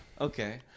okay